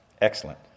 Excellent